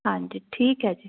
ਹਾਂਜੀ ਠੀਕ ਹੈ ਜੀ